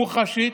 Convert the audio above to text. מוחשית,